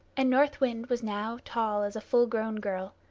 and north wind was now tall as a full-grown girl.